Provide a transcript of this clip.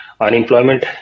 Unemployment